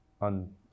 on